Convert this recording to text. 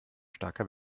starker